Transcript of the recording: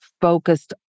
focused